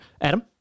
Adam